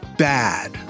Bad